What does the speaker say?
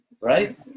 right